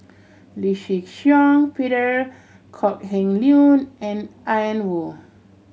Lee Shih Shiong Peter Kok Heng Leun and Ian Woo